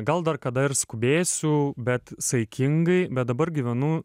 gal dar kada ir skubėsiu bet saikingai bet dabar gyvenu